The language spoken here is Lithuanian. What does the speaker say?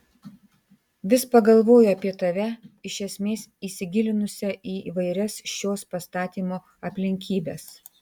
vis pagalvoju apie tave iš esmės įsigilinusią į įvairias šios pastatymo aplinkybes